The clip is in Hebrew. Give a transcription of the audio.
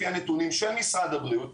לפי הנתונים של משרד הבריאות,